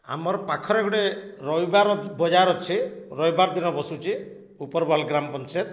ଆମର ପାଖରେ ଗୋଟେ ରବିବାର ବଜାର ଅଛି ରବିବାର ଦିନ ବସୁଛି ଉପରବାଲ୍ ଗ୍ରାମ୍ ପଞ୍ଚାୟତ